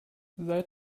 seit